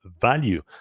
value